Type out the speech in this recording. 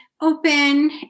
open